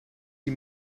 die